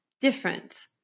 different